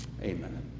Amen